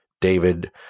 David